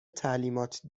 تعلیمات